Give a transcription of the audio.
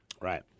Right